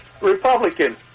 Republican